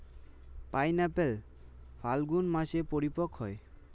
pineapple ফাল্গুন মাসে পরিপক্ব হয়